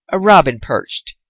a robin perched,